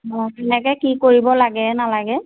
অঁ কেনেকে কি কৰিব লাগে নালাগে